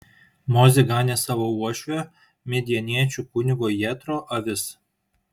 mozė ganė savo uošvio midjaniečių kunigo jetro avis